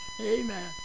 Amen